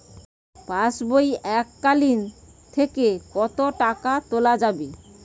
পাশবই এককালীন থেকে কত টাকা তোলা যাবে?